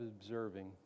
observing